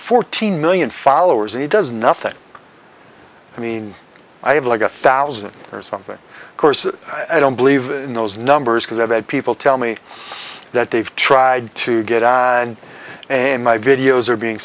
fourteen million followers he does nothing i mean i have like a thousand or something of course i don't believe in those numbers because i've had people tell me that they've tried to get out and and my videos are being